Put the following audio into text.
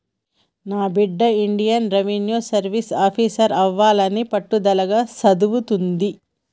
నా బిడ్డ Indian revenue service officer అవ్వాలని పట్టుదలగా సదువుతుంది